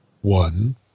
one